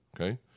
okay